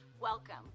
welcome